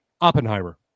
Oppenheimer